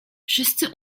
wszyscy